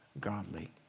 godly